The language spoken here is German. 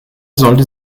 sollte